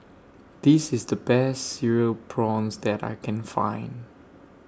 This IS The Best Cereal Prawns that I Can Find